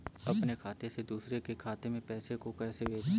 अपने खाते से दूसरे के खाते में पैसे को कैसे भेजे?